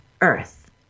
earth